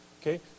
Okay